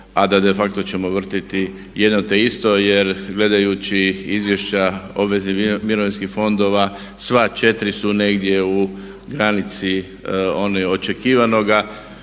a de facto ćemo vrtiti jedno te isto jer gledajući izvješća obveznih mirovinskih fondova sva 4 su negdje u granici onog očekivanoga